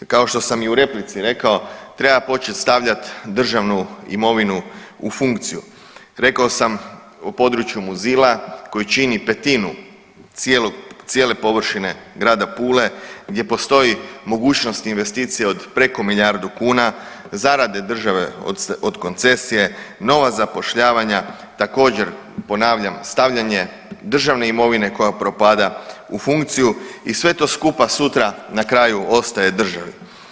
Kao što sam i u replici rekao, treba počet stavljat državnu imovinu u funkciju, rekao sam u području Muzila koji čini petinu cijele površine grada Pule gdje postoji mogućnost investicija od preko milijardu kuna, zarade države od koncesije, nova zapošljavanja, također ponavljam stavljanje državne imovine koja propada u funkciju i sve to skupa sutra na kraju ostaje državi.